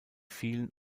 vielen